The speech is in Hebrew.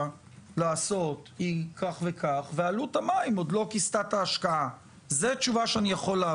לעשות היא כך וכך ועלות המים עוד לא כיסתה את ההשקעה.